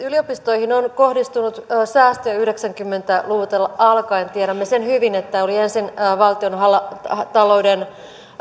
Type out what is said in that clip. yliopistoihin on kohdistunut säästöjä yhdeksänkymmentä luvulta alkaen tiedämme sen hyvin että oli ensin tämmöinen valtiontalouden